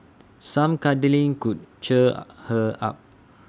some cuddling could cheer her up